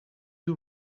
you